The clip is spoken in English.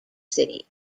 city